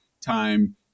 time